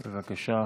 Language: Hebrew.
בבקשה,